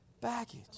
Baggage